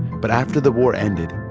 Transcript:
but after the war ended,